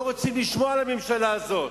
לא רוצים לשמוע מהממשלה הזאת.